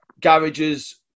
garages